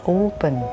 open